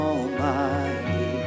Almighty